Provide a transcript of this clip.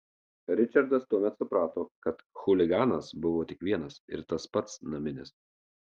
ričardas tuomet suprato kad chuliganas buvo tik vienas ir tas pats naminis